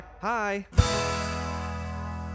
Hi